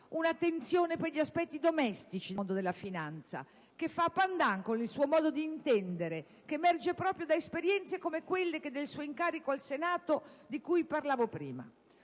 Un'attenzione per gli aspetti "domestici" del mondo della finanza, che fa da *pendant* al suo modo di intendere, che emerge proprio da esperienze come quella del suo incarico al Senato, di cui ho parlato prima.